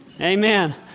Amen